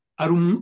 arum